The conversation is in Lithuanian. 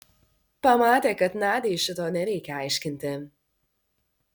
pamatė kad nadiai šito nereikia aiškinti